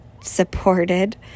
Supported